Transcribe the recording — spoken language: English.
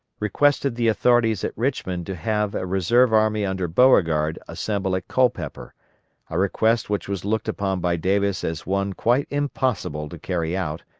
requested the authorities at richmond to have a reserve army under beauregard assemble at culpeper a request which was looked upon by davis as one quite impossible to carry out,